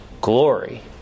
glory